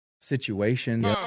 situation